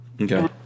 Okay